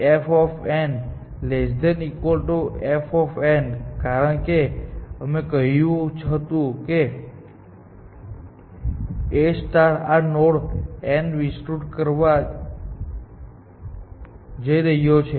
જે ખરેખર મહત્વપૂર્ણ છે કે ffnl1 કારણ કે અમે કહ્યું હતું કે A આ નોડ n ને વિસ્તૃત કરવા જઈ રહ્યો છે